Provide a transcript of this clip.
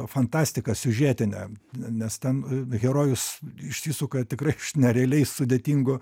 fantastika siužetine nes ten herojus išsisuka tikrai iš nerealiai sudėtingų